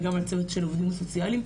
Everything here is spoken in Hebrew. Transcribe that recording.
וגם על צוות של העובדים הסוציאליים.